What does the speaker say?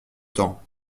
temps